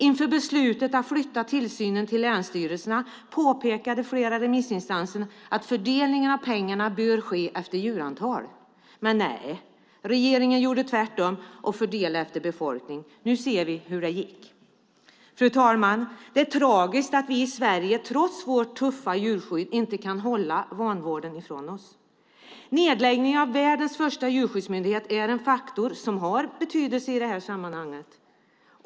Inför beslutet att flytta tillsynen till länsstyrelserna påpekade flera remissinstanser att fördelningen av pengarna bör ske efter djurantal. Men nej - regeringen gjorde tvärtom och fördelade efter befolkning. Nu ser vi hur det gick! Fru ålderspresident! Det är tragiskt att vi i Sverige, trots vårt tuffa djurskydd, inte kan hålla vanvården ifrån oss. Nedläggningen av världens första djurskyddsmyndighet är en faktor som har betydelse i detta sammanhang.